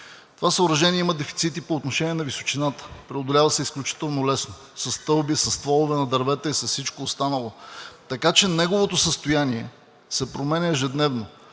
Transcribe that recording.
Това съоръжение има дефицити по отношение на височината – преодолява се изключително лесно със стълби, със стволове на дървета и с всичко останало. Така че неговото състояние се променя ежедневно